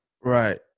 Right